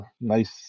nice